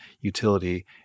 utility